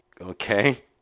Okay